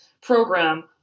program